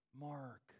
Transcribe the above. Mark